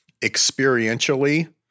experientially